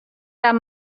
that